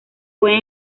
puede